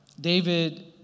David